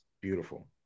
Beautiful